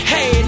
Hey